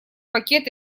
пакет